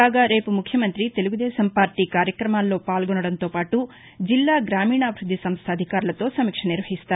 కాగా రేపు ముఖ్యమంతి తెలుగుదేశం పార్టీ కార్యక్రమాల్లో పాల్గొనడంతోపాటు జిల్లా గ్రామీణాభివృద్ది సంస్ద అధికారులతో సమీక్ష నిర్వహిస్తారు